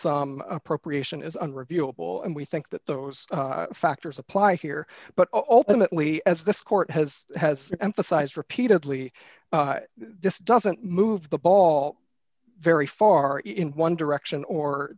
sum appropriation is unreviewable and we think that those factors apply here but ultimately as this court has has emphasized repeatedly this doesn't move the ball very far in one direction or